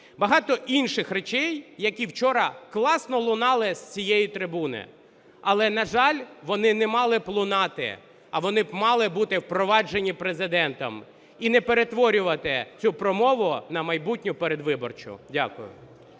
Багато інших речей, які вчора класно лунали з цієї трибуни. Але, на жаль, вони не мали б лунати, а вони б мали бути впроваджені Президентом і не перетворювати цю промову на майбутню передвиборчу. Дякую.